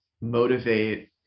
motivate